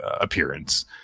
appearance